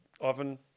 oven